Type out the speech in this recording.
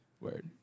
Word